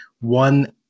one